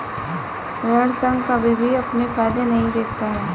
ऋण संघ कभी भी अपने फायदे नहीं देखता है